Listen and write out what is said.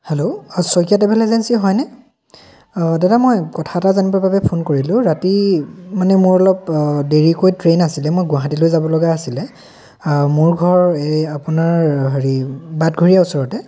hello Saikia travel agency হয়নে দাদা মই কথা এটা জানিবৰ বাবে ফোন কৰিলোঁ ৰাতি মানে মোৰ অলপ দেৰিকৈ ট্ৰেইন আছিলে মই গুৱাহাটীলৈ যাব লগা আছিলে মোৰ ঘৰ এই আপোনাৰ হেৰি বাটঘৰীয়াৰ ওচৰতে